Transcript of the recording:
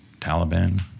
Taliban